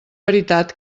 veritat